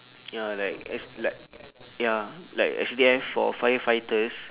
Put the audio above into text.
ya like S like ya like S_C_D_F for firefighters